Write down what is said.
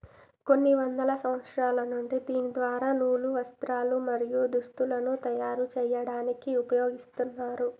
కొన్ని వందల సంవత్సరాల నుండి దీని ద్వార నూలు, వస్త్రాలు, మరియు దుస్తులను తయరు చేయాడానికి ఉపయోగిస్తున్నారు